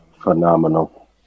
Phenomenal